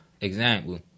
Example